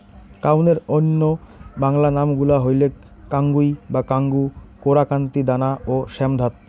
কাউনের অইন্য বাংলা নাম গুলা হইলেক কাঙ্গুই বা কাঙ্গু, কোরা, কান্তি, দানা ও শ্যামধাত